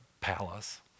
palace